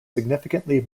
significantly